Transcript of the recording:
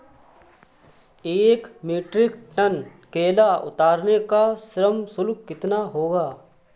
एक metric tonne केला उतारने का श्रम शुल्क कितना होगा?